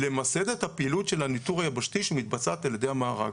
למסד את הפעילות של הניתור היבשתי שמתבצעת על ידי המארג,